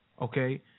okay